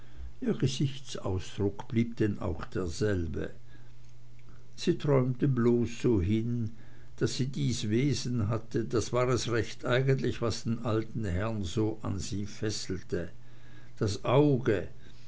gesichtsausdruck blieb denn auch derselbe sie träumte bloß so hin und daß sie dies wesen hatte das war es recht eigentlich was den alten herrn so an sie fesselte das auge